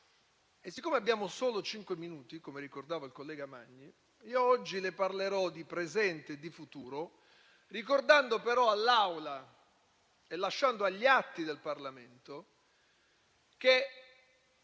Siccome abbiamo solo cinque minuti - come ricordava il collega Magni - io oggi le parlerò di presente e di futuro, ricordando però all'Assemblea e lasciando agli atti del Parlamento che